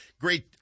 great